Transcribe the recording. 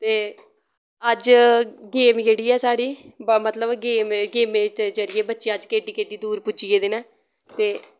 ते अज गेम जेह्ड़ी ऐ साढ़ी मतलव गेम गेमें दे जरिये बच्चे अज केह्ड्डी केह्ड्डी दूर पुज्जी गेदे नै ते